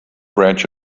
branch